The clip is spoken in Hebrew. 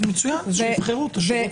אז מצוין, אז שיבחרו את השירותים.